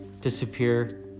disappear